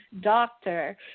doctor